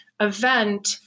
event